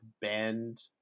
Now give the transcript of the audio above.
bend